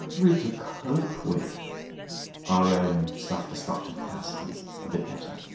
really to cope with our own self-destructive capacities a bit better.